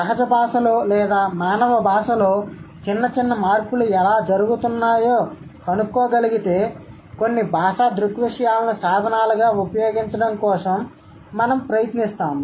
సహజ భాషలో లేదా మానవ భాషలో చిన్న చిన్న మార్పులు ఎలా జరుగుతున్నాయో కనుక్కోగలిగితే కొన్ని భాషా దృగ్విషయాలను సాధనాలుగా ఉపయోగించడం కోసం మేము ప్రయత్నిస్తాము